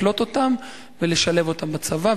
לקלוט אותם ולשלב אותם בצבא,